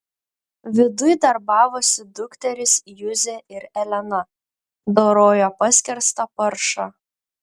viduj darbavosi dukterys juzė ir elena dorojo paskerstą paršą